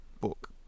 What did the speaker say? book